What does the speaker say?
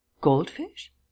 goldfish